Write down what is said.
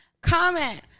comment